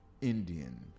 Indian